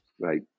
Right